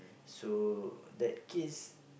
so that kiss